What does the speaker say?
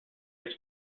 his